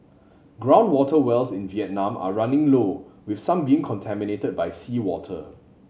ground water wells in Vietnam are running low with some being contaminated by seawater